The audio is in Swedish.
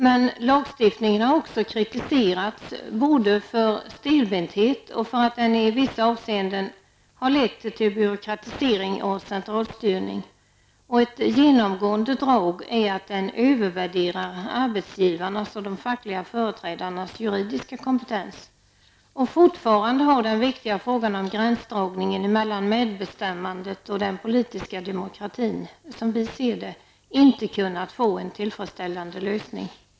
Men lagstiftningen har också kritiserats både för att vara stelbent och för att den i vissa avseenden har lett till byråkratisering och centralstyrning. Ett genomgående drag är att den övervärderar arbetsgivarnas och de fackliga företrädarnas juridiska kompetens. Fortfarande har den viktiga frågan om gränsdragningen mellan medbestämmandet och den politiska demokratin, som vi ser det, inte kunnat få en tillfredsställande lösning.